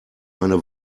eine